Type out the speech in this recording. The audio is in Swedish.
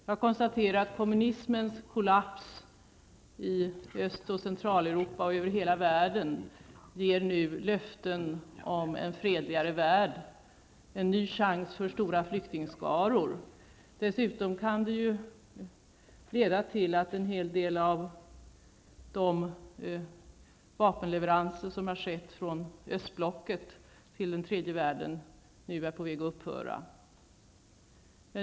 Jag konstaterar att kommunismens kollaps i Östoch Centraleuropa och över hela världen nu ger löften om en fredligare värld, en ny chans för stora flyktingskaror. Dessutom kan den leda till att en hel del av de vapenleveranser som har skett från östblocket till tredje världen nu är på väg att upphöra.